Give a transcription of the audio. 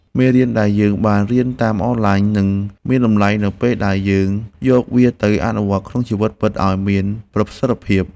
មេរៀនដែលយើងបានរៀនតាមអនឡាញនឹងមានតម្លៃនៅពេលដែលយើងយកវាទៅអនុវត្តក្នុងជីវិតពិតឱ្យមានប្រសិទ្ធភាព។